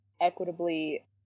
equitably